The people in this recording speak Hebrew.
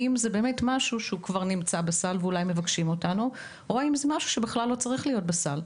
למשל האם זה משהו שכבר נמצא בסל או משהו שבכלל לא צריך להיות בסל.